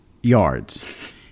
yards